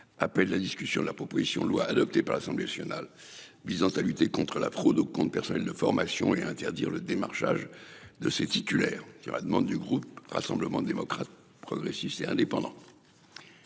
appelle la discussion de la proposition de loi adoptée par l'Assemblée nationale visant à lutter contre la fraude au compte personnel de formation et interdire le démarchage de ses titulaires qui aura demande du groupe Rassemblement démocrates, progressistes et indépendants.